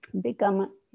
become